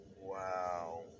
Wow